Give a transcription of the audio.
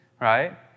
right